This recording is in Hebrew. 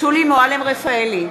שולי מועלם-רפאלי,